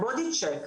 ה'בודי צ'ק',